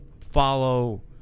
follow